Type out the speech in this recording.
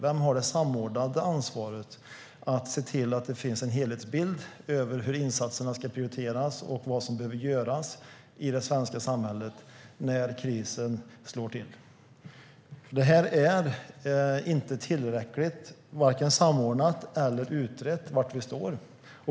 Vem har det samordnade ansvaret för att se till att det finns en helhetsbild för hur insatserna ska prioriteras och vad som behöver göras i det svenska samhället när krisen slår till? Var vi står är inte tillräckligt samordnat eller utrett.